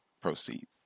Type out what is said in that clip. Proceed